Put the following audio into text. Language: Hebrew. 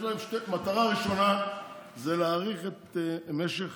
מטרה ראשונה זה להאריך את משך